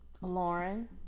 Lauren